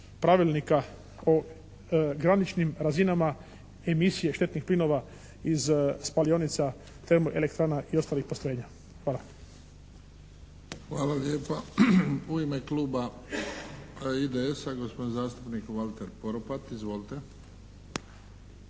pravilnika o graničnim razinama emisije štetnih plinova iz spalionica, termoelektrana i ostalih postrojenja. Hvala. **Bebić, Luka (HDZ)** Hvala lijepa. U ime kluba IDS-a gospodin zastupnik Valter Poropat. Izvolite!